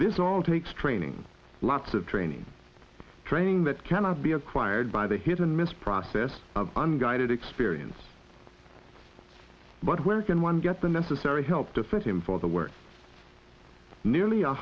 this all takes training lots of training training that cannot be acquired by the hit and miss process of unguided experience but where can one get the necessary help to fit him for the work nearly a